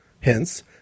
Hence